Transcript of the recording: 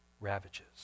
ravages